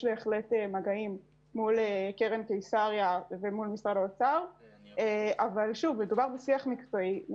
בהחלט יש מגעים מול קרן קיסריה ומול משרד האוצר אבל מדובר בשיח מקצועי,